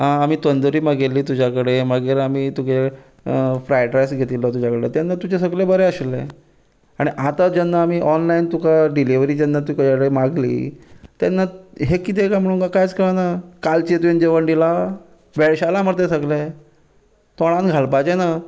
आं आमी तंदुरी मागिल्ली तुज्या कडेन मागीर आमी तुगे फ्रायड रायस घेतिल्लो तुज्या कडेन तेन्ना तुजें सगळें बरें आशिल्लें आनी आतां जेन्ना आमी ऑनलायन तुका डिलिव्हरी जेन्ना तुजे कडेन मागली तेन्ना हें कितें कांय म्हणून म्हाका कांयच कळना कालचें तुवें जेवण दिलां भेळशेलां मरे तें सगळें तोंडांत घालपाचें ना